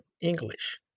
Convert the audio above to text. English